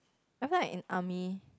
I feel like in army